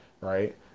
right